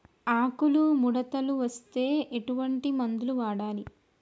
ఆకులు ముడతలు వస్తే ఎటువంటి మందులు వాడాలి?